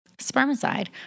Spermicide